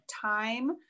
time